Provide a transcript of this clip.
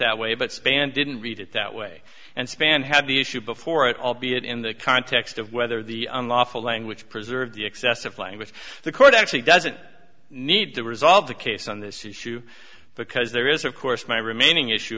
that way but spann didn't read it that way and spann had the issue before it albeit in the context of whether the unlawful language preserve the excessive language the court actually doesn't need to resolve the case on this issue because there is of course my remaining issue